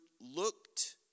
looked